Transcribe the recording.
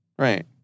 Right